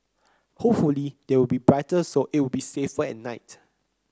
hopefully they will be brighter so it'll be safer at night